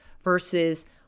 versus